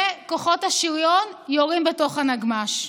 וכוחות השריון יורים בתוך הנגמ"ש.